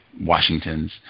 Washington's